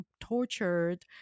tortured